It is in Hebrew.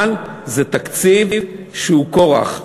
אבל זה תקציב שהוא כורח,